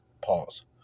Pause